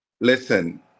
Listen